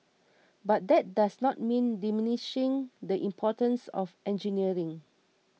but that does not mean diminishing the importance of engineering